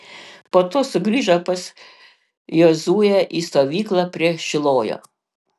po to sugrįžo pas jozuę į stovyklą prie šilojo